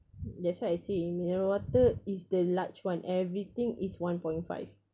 that's why I say mineral water is the large one everything is one point five